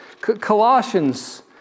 Colossians